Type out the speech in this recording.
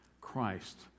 Christ